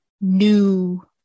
new